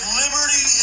liberty